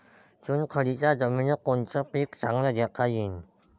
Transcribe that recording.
चुनखडीच्या जमीनीत कोनतं पीक चांगलं घेता येईन?